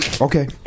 okay